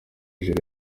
joro